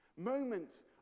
moments